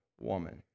woman